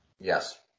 Yes